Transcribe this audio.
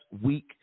week